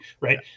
right